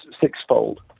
sixfold